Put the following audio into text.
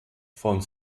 von